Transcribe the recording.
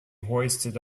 hoisted